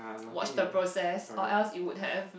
watch the process or else it would have